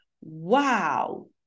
wow